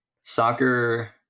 Soccer